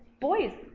boys